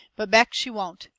but beck, she won't.